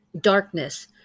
Darkness